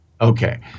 Okay